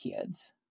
kids